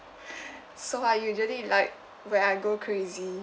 so I usually like when I go crazy